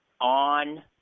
on